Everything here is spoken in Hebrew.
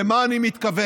למה אני מתכוון?